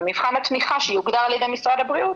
ומבחן התמיכה שיוגדר על ידי משרד הבריאות